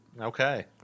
Okay